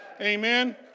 Amen